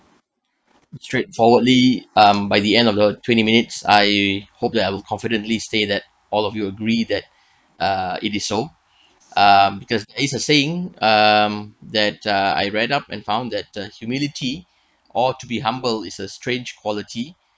straightforwardly um by the end of the twenty minutes I hope that I will confidently say that all of you agree that uh it is so um because it's a saying um that uh I read up and found that the humility or to be humble is a strange quality